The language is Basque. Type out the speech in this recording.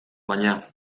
baina